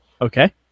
Okay